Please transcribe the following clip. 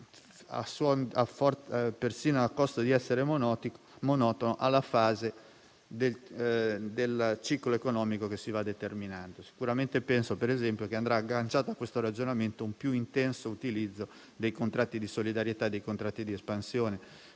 aggiungo, a costo di essere monotono - alla fase del ciclo economico che si va determinando. Penso, ad esempio, che andrà agganciato a questo ragionamento un più intenso utilizzo dei contratti di solidarietà e dei contratti di espansione,